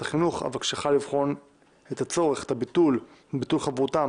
החינוך אבקשך לבחון את הצורך בביטול חברותם